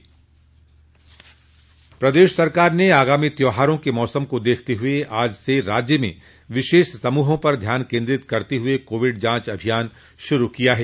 प्रदेश सरकार ने आगामी त्योहारो के मौसम को देखते हुए आज से राज्य में विशेष समूहों पर ध्यान केन्द्रित करते हुए कोविड जांच अभियान शुरू किया है